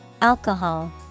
Alcohol